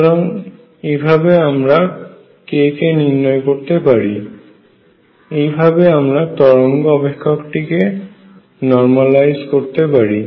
সুতরাং এভাবে আমরা k কে নির্ণয় করতে পারি এবং এইভাবে আমরা তরঙ্গ অপেক্ষক টিকে নর্মালাইজ করতে পারি